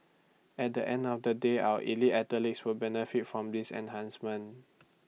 at the end of the day our elite athletes will benefit from this enhancement